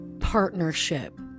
partnership